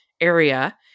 area